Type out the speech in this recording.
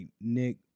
Nick